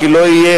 כי לא יהיה,